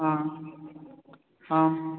ஆ ஆ